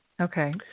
Okay